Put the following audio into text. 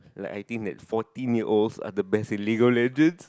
like I think that fourteen year olds are the best legal legend